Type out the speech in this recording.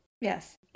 Yes